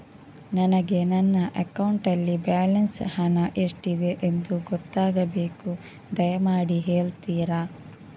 ನನಗೆ ನನ್ನ ಅಕೌಂಟಲ್ಲಿ ಬ್ಯಾಲೆನ್ಸ್ ಹಣ ಎಷ್ಟಿದೆ ಎಂದು ಗೊತ್ತಾಗಬೇಕು, ದಯಮಾಡಿ ಹೇಳ್ತಿರಾ?